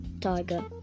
Tiger